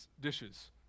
dishes